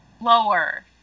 lower